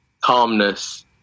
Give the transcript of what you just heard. calmness